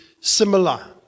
similar